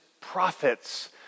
prophets